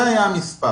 זה היה המספר.